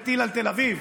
וטיל על תל אביב,